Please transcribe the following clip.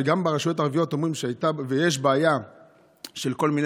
גם ברשויות הערביות אומרים שהייתה ויש בעיה של כל מיני